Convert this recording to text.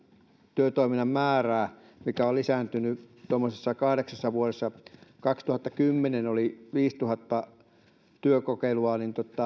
työtoiminnan määrää mikä on lisääntynyt tuommoisessa kahdeksassa vuodessa vuonna kaksituhattakymmenen oli viisituhatta työkokeilua